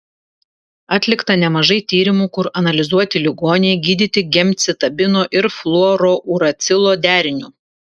atlikta nemažai tyrimų kur analizuoti ligoniai gydyti gemcitabino ir fluorouracilo deriniu